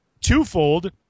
Twofold